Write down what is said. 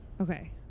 Okay